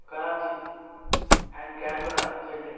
Karachi and Canberra Sydney